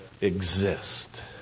exist